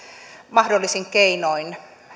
mahdollisin keinoin